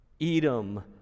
Edom